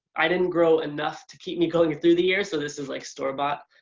i didn't grow enough to keep me going through the year so this is like store-bought.